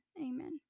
Amen